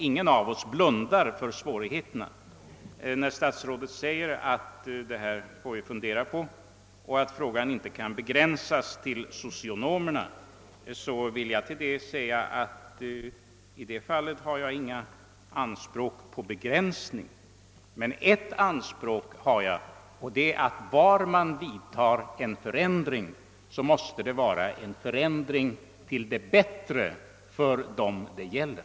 Ingen av oss blundar ju för denna grupps svårigheter. När statsrådet säger att vi får fundera på detta och att frågan inte kan begränsas till socionomerna, vill jag anföra att jag i det fallet inte har några anspråk på begränsning. Men jag har ett anspråk, nämligen att var en förändring än vidtas måste den vara till det bättre för dem den gäller.